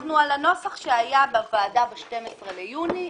אנחנו על הנוסח שהיה בוועדה ב-12 ביוני.